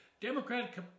Democratic